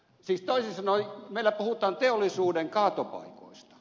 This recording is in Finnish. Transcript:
siis toisin sanoen meillä puhutaan teollisuuden kaatopaikoista